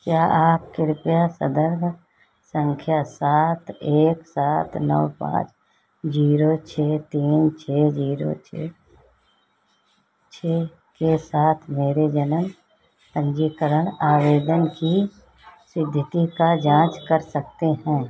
क्या आप कृपया सन्दर्भ सँख्या सात एक सात नौ पाँच ज़ीरो छह तीन छह ज़ीरो ज़ीरो छह छह के साथ मेरे जन्म पन्जीकरण आवेदन की इस्थिति की जाँच कर सकते हैं